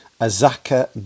Azaka